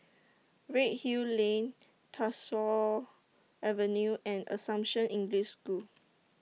Redhill Lane Tyersall Avenue and Assumption English School